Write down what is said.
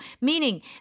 meaning